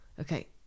okay